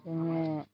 जोङो